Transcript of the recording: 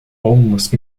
almost